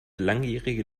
langjährige